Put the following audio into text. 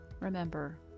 Remember